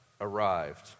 arrived